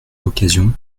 l’occasion